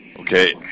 Okay